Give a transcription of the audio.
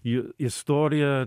i istorija